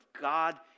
God